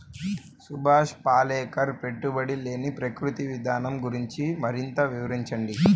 సుభాష్ పాలేకర్ పెట్టుబడి లేని ప్రకృతి విధానం గురించి మరింత వివరించండి